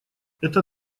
это